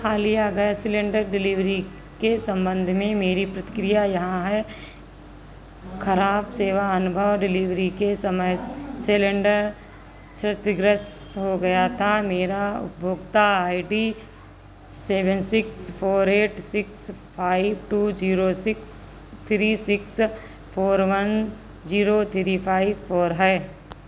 हालिया gas cylinder delivery के सम्बन्ध में मेरी प्रतिक्रिया यहाँ है खराब सेवा अनुभव डिलीवरी के समय सिलेण्डर क्षतिग्रस्त हो गया था मेरा उपभोक्ता I D seven six four eight six five two zero six three six four one zero three five four है